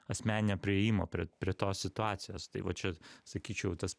asmeninio priėjimo prie prie tos situacijos tai va čia sakyčiau tas